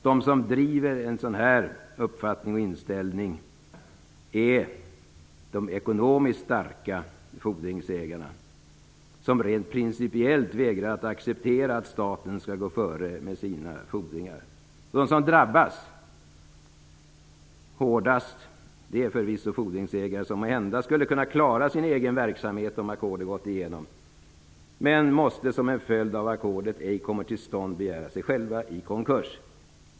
De som driver en sådan här uppfattning och inställning är de ekonomiskt starka fordringsägarna, som rent principiellt vägrar att acceptera att staten skall gå före med sina fordringar. De som drabbas hårdast är förvisso fordringsägare som måhända skulle kunnat klara sin egen verksamhet om ackordet gått igenom, men som till följd av att ackordet ej kommer till stånd måste begära sig själva i konkurs.